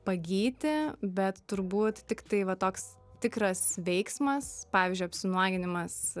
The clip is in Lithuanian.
pagyti bet turbūt tiktai va toks tikras veiksmas pavyzdžiui apsinuoginimas